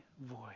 voice